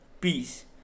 Peace